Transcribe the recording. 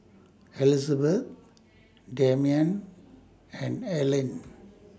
Elizbeth Demian and Earlean